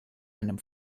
einem